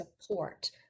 support